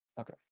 okay